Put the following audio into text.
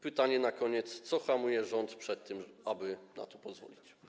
Pytanie na koniec: Co hamuje rząd przed tym, aby na to pozwolić?